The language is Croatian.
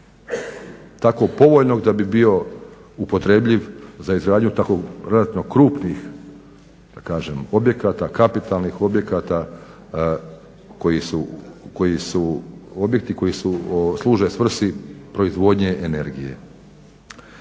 Tako povoljnog da bi bio upotrebljiv za izgradnju tako relativno krupnih objekata, kapitalnih objekata koji su objekti koji služe svrsi proizvodnje energije.